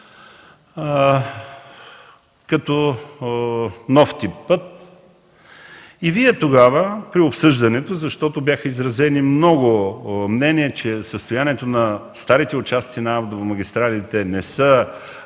като нов тип път. Тогава при обсъждането, защото бяха изразени много мнения, че състоянието на старите участъци на автомагистралите не e